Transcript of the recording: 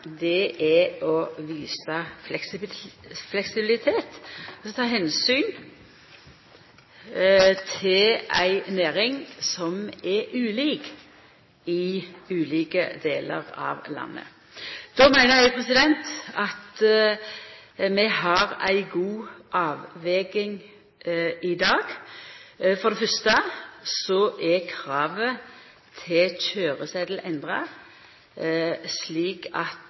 er å visa fleksibilitet, å ta omsyn til ei næring som er ulik i ulike delar av landet. Då meiner eg at vi har ei god avveging i dag. For det fyrste er kravet til køyresetel endra, slik at